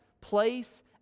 place